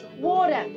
water